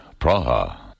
Praha